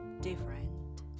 different